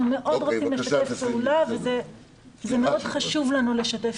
אנחנו מאוד רוצים לשתף פעולה ומאוד חשוב לנו לשתף